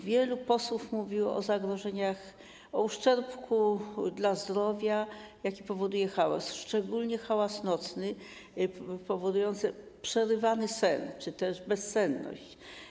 Wielu posłów mówiło o zagrożeniach, o uszczerbku dla zdrowia, jaki powoduje hałas, szczególnie hałas nocny powodujący przerywany sen czy też bezsenność.